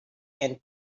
and